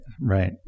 right